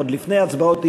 עוד לפני הצבעות האי-אמון,